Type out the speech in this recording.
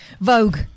Vogue